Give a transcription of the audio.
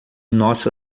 nossa